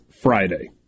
Friday